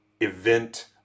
event